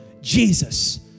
Jesus